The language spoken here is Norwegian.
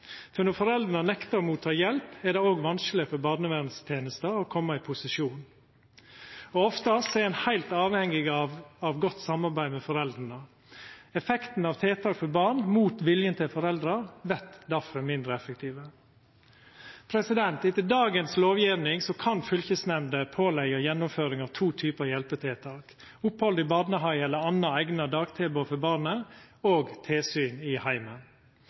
Når foreldra nektar å ta imot hjelp, er det òg vanskeleg for barnevernstenesta å koma i posisjon. Ofte er ein heilt avhengig av godt samarbeid med foreldra. Effekten av tiltak for barn mot viljen til foreldra vert derfor mindre. Etter dagens lovgjeving kan fylkesnemndene påleggja gjennomføring av to typar hjelpetiltak: opphald i barnehage eller anna eigna dagtilbod for barnet og tilsyn i